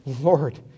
Lord